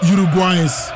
Uruguayans